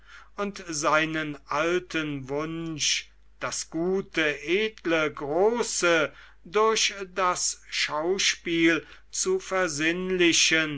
und seinen alten wunsch das gute edle große durch das schauspiel zu